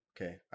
Okay